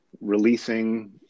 releasing